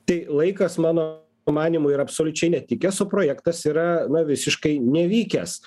tai laikas mano manymu yra absoliučiai netikęs o projektas yra na visiškai nevykęs